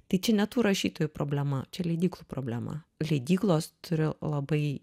tai čia ne tų rašytojų problema čia leidyklų problema leidyklos turi labai